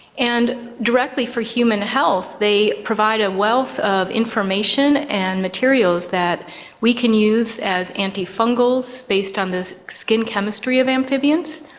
and directly for human health they provide a wealth of information and materials that we can use as antifungals based on the skin chemistry of amphibians.